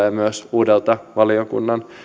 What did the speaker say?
ja myös uudelta valiokunnan